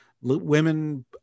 Women